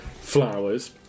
flowers